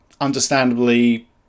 understandably